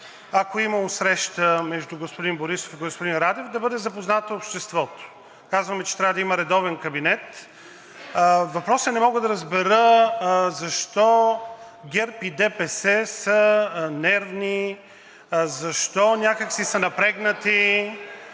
ако е имало среща между господин Борисов и господин Радев, да бъде запознато обществото. Казваме, че трябва да има редовен кабинет. Въпросът е: не мога да разбера защо ГЕРБ и ДПС са нервни, защо някак си са напрегнати,